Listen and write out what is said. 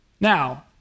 Now